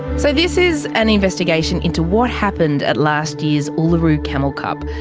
so this is an investigation into what happened at last year's uluru camel cup.